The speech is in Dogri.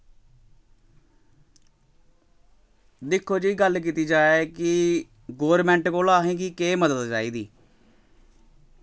दिक्खो जी गल्ल कीती जाये कि गौरमेंट कोला असें गी केह् मदद चाहिदी